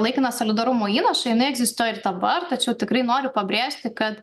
laikiną solidarumo įnašą jinai egzistuoja ir dabar tačiau tikrai noriu pabrėžti kad